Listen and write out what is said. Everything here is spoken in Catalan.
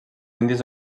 índies